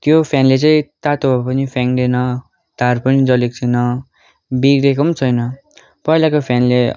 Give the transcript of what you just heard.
त्यो फ्यानले चाहिँ तातो हावा पनि फ्याँक्दैन तार पनि जलेको छैन बिग्रेको पनि छैन पहिलाको फ्यानले